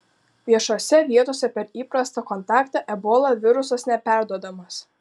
viešose vietose per įprastą kontaktą ebola virusas neperduodamas